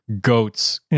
goats